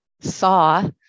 saw